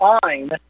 fine